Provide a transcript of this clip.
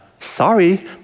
sorry